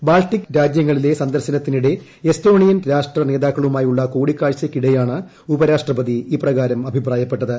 Baltic രാജ്യങ്ങളിലെ സന്ദർശനത്തിനിക്ട്ട Estonian രാഷ്ട്ര നേതാക്കളുമായുള്ള കൂടിക്കാഴ്ചക്കിടെയാണ് ഉപരാഷ്ട്രപതി ഇപ്രകാരം അഭിപ്പായ്ക്പെട്ടത്